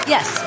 Yes